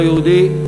לא-יהודי,